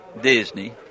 Disney